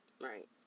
Right